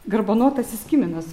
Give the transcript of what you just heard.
garbanotasis kiminas